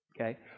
Okay